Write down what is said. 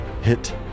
hit